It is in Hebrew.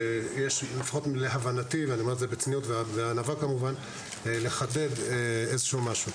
שלהבנתי, יש לחדד משהו.